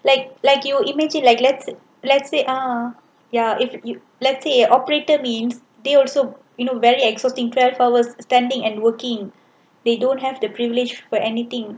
like like you imagine like let's let's say ah ya if you let's say operator means they also you know very exhausting twelve hour standing and working they don't have the privilege for anything